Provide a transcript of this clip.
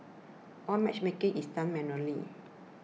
all matchmaking is done manually